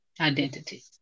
Identity